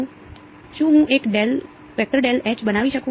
શું હું એક બનાવી શકું